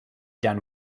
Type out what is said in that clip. done